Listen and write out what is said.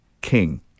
King